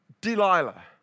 Delilah